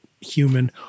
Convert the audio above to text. human